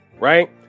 right